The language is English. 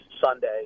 Sunday